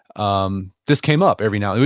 um this came up every now